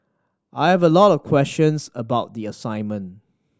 I have a lot of questions about the assignment